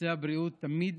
נושא הבריאות, תמיד